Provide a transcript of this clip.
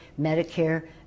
Medicare